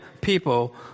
people